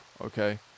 Okay